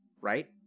Right